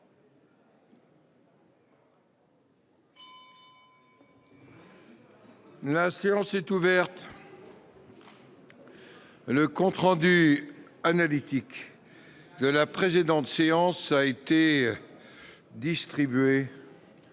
La séance est ouverte. Le compte rendu analytique de la précédente séance a été distribué. Il n'y a pas